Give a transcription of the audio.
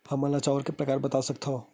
हमन ला चांउर के प्रकार बता सकत हव?